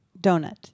Donut